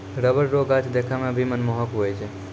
rubber रो गाछ देखै मे भी मनमोहक हुवै छै